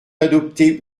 d’adopter